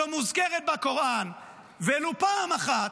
שלא מוזכרת בקוראן ולו פעם אחת,